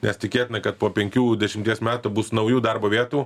nes tikėtina kad po penkių dešimties metų bus naujų darbo vietų